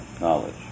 knowledge